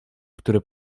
które